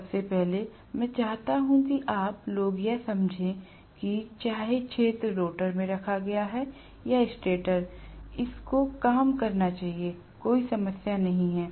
सबसे पहले मैं चाहता हूं कि आप लोग यह समझें कि जाहे क्षेत्र रोटर में रखा गया है या स्टेटर इस को काम करना चाहिए कोई समस्या नहीं है